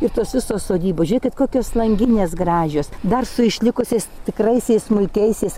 ir tos visos sodybos žiūrėkit kokios langinės gražios dar su išlikusiais tikraisiais smulkiaisiais